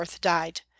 died